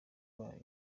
rwayo